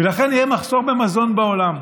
ולכן יהיה מחסור במזון בעולם.